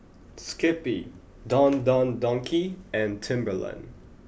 Skippy Don Don Donki and Timberland